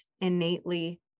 innately